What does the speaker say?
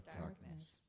darkness